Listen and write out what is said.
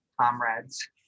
comrades